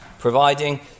providing